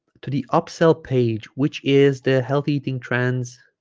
to the upsell page which is the healthy eating trends